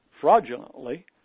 fraudulently